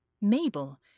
Mabel